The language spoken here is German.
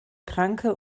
kranke